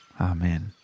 Amen